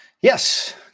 Yes